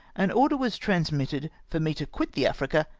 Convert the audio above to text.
an order was trans mitted for me to quit the africa,